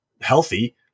healthy